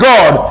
God